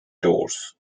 doors